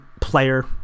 player